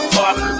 fuck